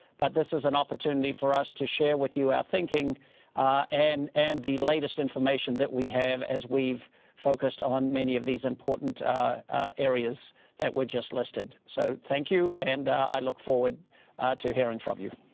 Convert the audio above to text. but this is an opportunity for us to share with you our thinking and and the latest information that we have as we've focused many of these important areas that were just listed. so thank you and i look forward to hearing from you.